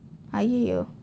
!aiyoyo!